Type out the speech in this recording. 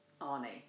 Arnie